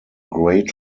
great